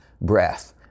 breath